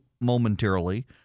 momentarily